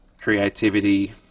creativity